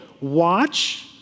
watch